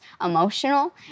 emotional